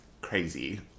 crazy